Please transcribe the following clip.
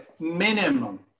minimum